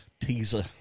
Teaser